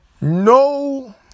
no